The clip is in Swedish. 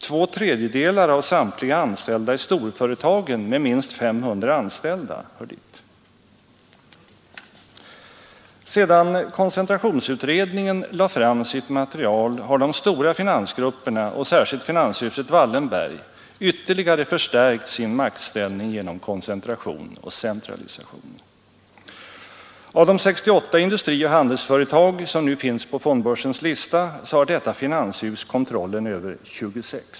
Två tredjedelar av samtliga anställda i storföretagen, med minst 500 anställda, hör dit. Sedan koncentrationsutredningen lade fram sitt material har de stora finansgrupperna och särskilt finanshuset Wallenberg ytterligare förstärkt sin maktställning genom koncentration och centralisation. Av de 68 industrioch handelsföretag som nu finns på fondbörsens lista har detta finanshus kontrollen över 26.